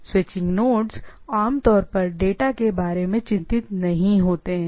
switching nodes आमतौर पर data के बारे में कंसर्न्ड नहीं होते हैं